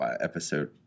episode